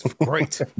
great